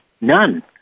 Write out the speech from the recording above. none